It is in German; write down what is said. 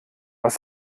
was